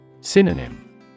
Synonym